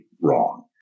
wrong